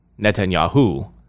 Netanyahu